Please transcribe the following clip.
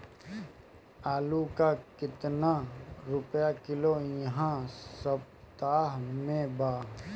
आलू का कितना रुपया किलो इह सपतह में बा?